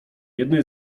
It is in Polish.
jednej